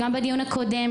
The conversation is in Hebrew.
גם בדיון הקודם,